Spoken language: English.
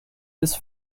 this